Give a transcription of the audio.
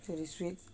okay sweet